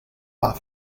are